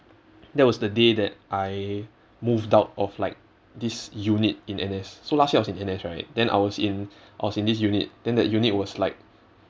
that was the day that I moved out of like this unit in N_S so last year I was in N_S right then I was in I was in this unit then that unit was like